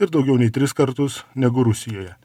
ir daugiau nei tris kartus negu rusijoje